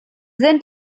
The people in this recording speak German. sind